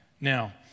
Now